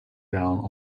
down